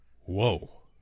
Whoa